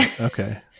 okay